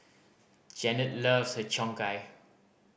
Jannette loves Har Cheong Gai